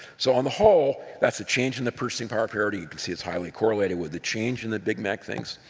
so on the whole, that's a change in the purchasing power parity, you can see it's highly correlated with the change in the big mac things,